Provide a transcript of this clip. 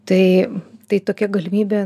tai tai tokia galimybė